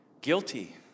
guilty